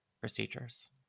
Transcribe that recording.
procedures